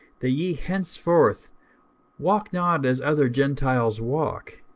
that ye henceforth walk not as other gentiles walk,